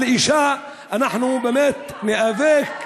על אישה אנחנו באמת ניאבק,